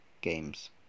games